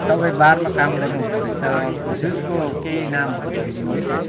तपाईँ बारमा काम गर्नु हुँदो रहेछ जुसको केही नामहरू भन्दिनुहोस् न